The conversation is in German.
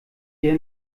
ihr